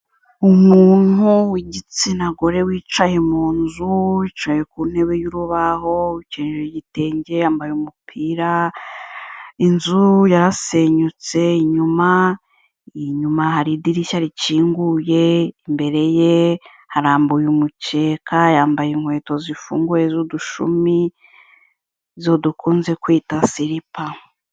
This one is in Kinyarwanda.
Umuntu w'igitsina gore wicaye mu nzu, yicaye ku ntebe y'urubaho, akenyeye igitenge, yambaye umupira, inzu yarasenyutse inyuma, inyuma hari idirishya rikinguye, imbere ye harambuye umukeka, yambaye inkweto zifunguye z'udushumi zo dukunze kwita siripa.